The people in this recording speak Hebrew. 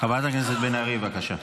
חברת הכנסת בן ארי, בבקשה.